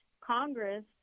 Congress